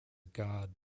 god